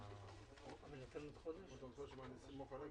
שפורסמו בתקנות שעת חירום.